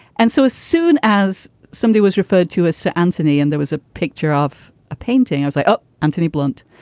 and so as soon as somebody was referred to as sir anthony and there was a picture of a painting, i was like, oh, anthony blunt.